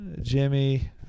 Jimmy